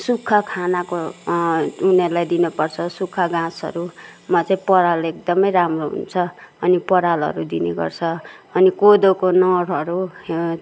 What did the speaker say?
सुक्खा खानाको उनीहरूलाई दिन पर्छ सुक्खा घाँसहरूमा चाहिँ पराल एकदमै राम्रो हुन्छ अनि परालहरू दिने गर्छ अनि कोदोको नलहरू